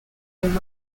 and